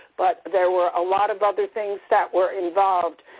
but there were a lot of other things that were involved.